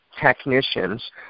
technicians